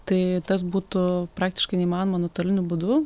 tai tas būtų praktiškai neįmanoma nuotoliniu būdu